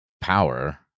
power